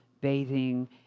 bathing